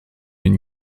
une